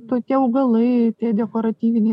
tokie augalai tie dekoratyviniai